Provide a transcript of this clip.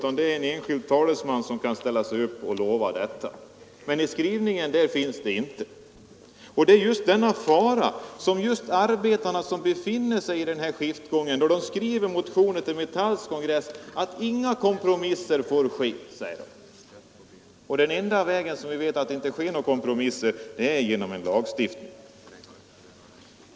En enskild talesman kan ställa sig upp och lova detta, men i skrivningen finns det inte. Men arbetarna som befinner sig i skiftgången skriver motioner till Metalls kongress just om att inga kompromisser får ske. Den enda väg som vi vet inte ger utrymme för några kompromisser är lagstiftning.